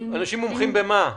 אנשים מומחים במה?